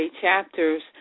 chapters